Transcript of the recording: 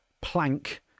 plank